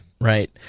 Right